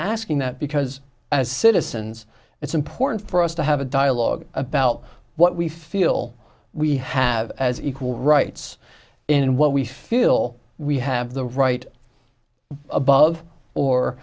asking that because as citizens it's important for us to have a dialogue about what we feel we have as equal rights in what we feel we have the right above or